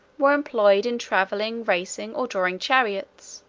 were employed in travelling, racing, or drawing chariots